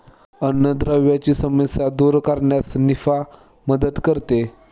अन्नद्रव्यांची समस्या दूर करण्यास निफा मदत करते